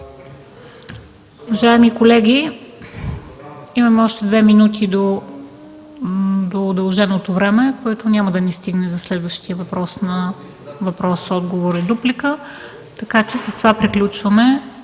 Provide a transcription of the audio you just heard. Уважаеми колеги, имаме още две минути до удълженото време, което няма да ни стигне за следващия въпрос, така че с това приключваме